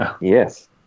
Yes